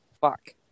Fuck